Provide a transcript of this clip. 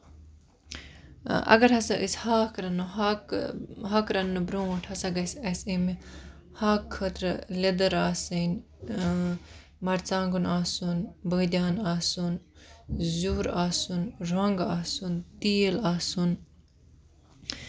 اَگر ہسا أسۍ ہاکھ رَنو ہاکہٕ ہاکہٕ رَنٕنہٕ برونٹھ ہسا گژھِ اَسہِ اَمہِ ہاکھ خٲطرٕ لیدٔر آسٕںۍ مَرژٕ وانگُن آسُن بٲدیان آسُن زیُر آسُن رۄنگ آسُن تیٖل آسُن